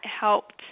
helped